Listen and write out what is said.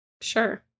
sure